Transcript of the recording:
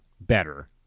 better